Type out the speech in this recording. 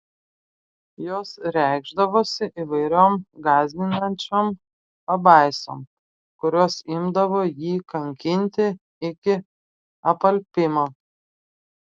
jos reikšdavosi įvairiom gąsdinančiom pabaisom kurios imdavo jį kankinti iki apalpimo